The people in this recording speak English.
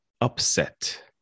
upset